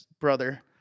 brother